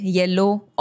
yellow